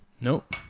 Nope